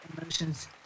emotions